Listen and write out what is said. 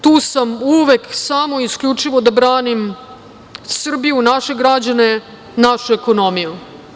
Tu sam uvek samo i isključivo da branim Srbiju, naše građane, našu ekonomiju.